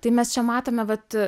tai mes čia matome vat